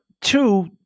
two